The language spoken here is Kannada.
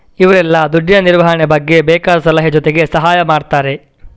ಇವ್ರೆಲ್ಲ ದುಡ್ಡಿನ ನಿರ್ವಹಣೆ ಬಗ್ಗೆ ಬೇಕಾದ ಸಲಹೆ ಜೊತೆಗೆ ಸಹಾಯ ಮಾಡ್ತಾರೆ